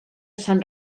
sant